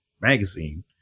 magazine